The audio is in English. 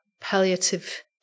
palliative